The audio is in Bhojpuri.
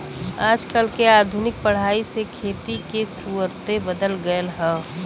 आजकल के आधुनिक पढ़ाई से खेती के सुउरते बदल गएल ह